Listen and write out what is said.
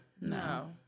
No